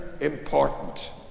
important